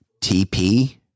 TP